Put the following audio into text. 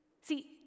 See